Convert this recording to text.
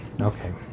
Okay